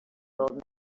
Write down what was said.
old